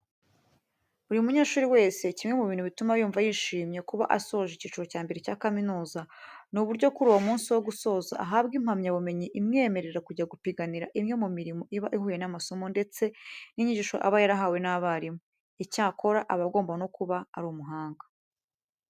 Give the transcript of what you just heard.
Buri munyeshuri wese kimwe mu bintu bituma yumva yishimiye kuba asoje icyiciro cya mbere cya kaminuza, ni uburyo kuri uwo munsi wo gusoza ahabwa impamyabumenyi imwemerera kujya gupiganira imwe mu mirimo iba ihuye n'amasomo ndetse n'inyigisho aba yarahawe n'abarimu. Icyakora, aba agomba no kuba ari umuhanga.